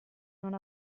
non